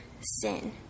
sin